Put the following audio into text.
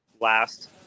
last